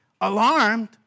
Alarmed